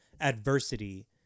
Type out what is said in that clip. adversity